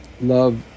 love